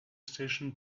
station